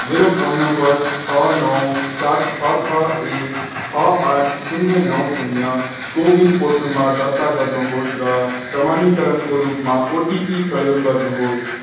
मेरो phone number छ नौ सात छ छ एक छ आठ शून्य नौ शून्य कोविन पोर्टलमा दर्ता गर्नुहोस् र प्रमाणीकरणको रूपमा ओटिपी प्रयोग गर्नुहोस्